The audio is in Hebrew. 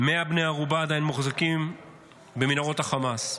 100 בני ערובה עדיין מוחזקים במנהרות החמאס,